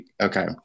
Okay